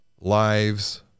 lives